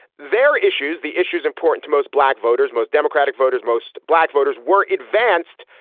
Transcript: they're issues the issues important to most black voters most democratic voters most black voters were advanced.